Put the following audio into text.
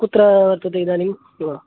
कुत्र वर्तते इदानीं